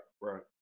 right